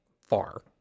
far